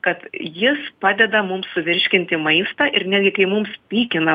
kad jis padeda mums suvirškinti maistą ir netgi kai mums pykina